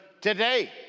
today